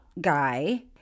guy